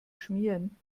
schmieren